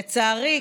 לצערי,